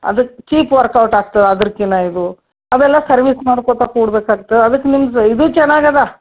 ಅದಕ್ಕೆ cheap work out ಆಗ್ತದೆ ಅದ್ರ್ಕಿಂತ ಇದು ಅವೆಲ್ಲ ಸರ್ವಿಸ್ ಮಾಡ್ಕೊತಾ ಕೂಡ್ಬೇಕಾಗ್ತದೆ ಅದಕ್ಕೆ ನಿಮ್ಮದು ಇದು ಚೆನ್ನಾಗದ